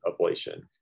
ablation